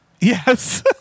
Yes